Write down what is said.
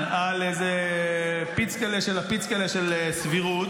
בשביל מי אתה צועק, חבר הכנסת סימון מושיאשוילי?